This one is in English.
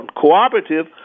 cooperative